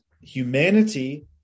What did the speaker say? humanity